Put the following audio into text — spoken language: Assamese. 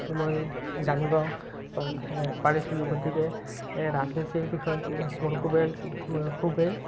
মই জানিব পাৰি পাৰিছিলোঁ গতিকে ৰাজনীতিৰ বিষয়টো মোৰ খুবেই খুবেই